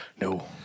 No